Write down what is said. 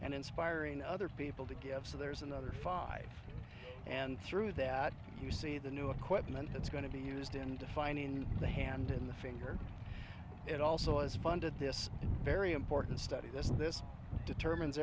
and inspiring other people to give so there's another five and through that you see the new equipment that's going to be used in defining the hand and the finger it also was funded this very important study this this determines